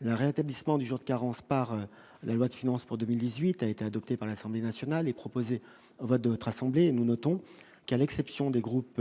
le rétablissement du jour de carence par la loi de finances pour 2018, a été adopté par l'Assemblée nationale et proposé vote d'autres assemblées, nous notons qu'à l'exception des groupes